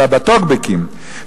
אלא בטוקבקים,